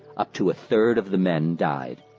up to a third of the men died.